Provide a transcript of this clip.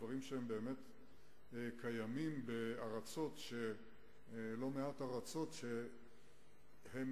דברים שבאמת קיימים בלא מעט ארצות מתוירות.